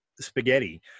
spaghetti